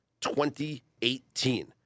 2018